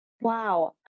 Wow